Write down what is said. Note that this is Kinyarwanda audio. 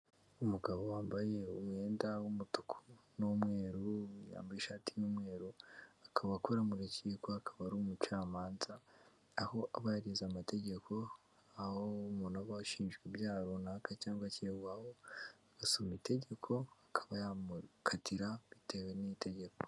Umugabo wambaye umwenda w'umutuku n'umweru, yambaye ishati y'umweru akaba akora mu rukiko, akaba ari umucamanza, aho aba yarize amategeko, aho umuntu aba ashinjwa ibyaha runaka cyangwa akekwaho, basoma itegeko akaba yamukatira bitewe n'itegeko.